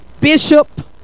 bishop